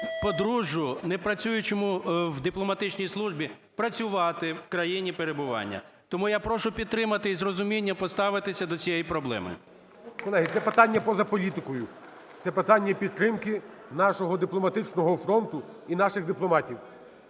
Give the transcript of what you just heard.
подружжю, не працюючому в дипломатичній службі, працювати в країні перебування. Тому я прошу підтримати і з розумінням поставитися до цієї проблеми. ГОЛОВУЮЧИЙ. Колеги, це питання поза політикою, це питання підтримки нашого дипломатичного фронту і наших дипломатів.